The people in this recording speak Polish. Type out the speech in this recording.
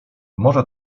może